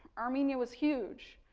armenia was huge,